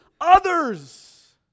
others